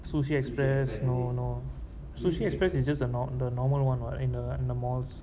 sushi express no no sushi express is just a the normal one what in the in the malls